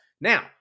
Now